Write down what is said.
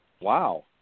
Wow